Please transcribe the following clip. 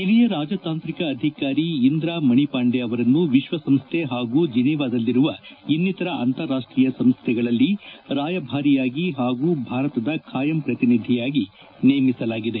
ಹಿರಿಯ ರಾಜತಾಂತ್ರಿಕ ಅಧಿಕಾರಿ ಇಂದ್ರಾ ಮಣಿಪಾಂಡೆ ಅವರನ್ನು ವಿಶ್ವಸಂಸ್ಥೆ ಹಾಗೂ ಜಿನಿವಾದಲ್ಲಿರುವ ಇನ್ನಿತರ ಅಂತಾರಾಷ್ಷೀಯ ಸಂಸ್ಥೆಗಳಲ್ಲಿ ರಾಯಭಾರಿಯಾಗಿ ಹಾಗೂ ಭಾರತದ ಖಾಯಂ ಪ್ರತಿನಿಧಿಯಾಗಿ ನೇಮಿಸಲಾಗಿದೆ